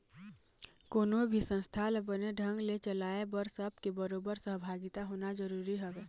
कोनो भी संस्था ल बने ढंग ने चलाय बर सब के बरोबर सहभागिता होना जरुरी हवय